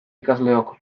ikasleok